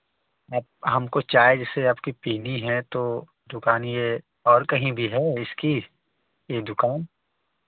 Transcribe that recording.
हमको चाय जैसे आपकी पीनी है तो दुकान यह और कहीं भी है इसकी यह दुकान